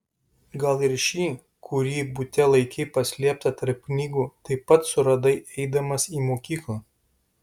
gal ir šį kurį bute laikei paslėptą tarp knygų taip pat suradai eidamas į mokyklą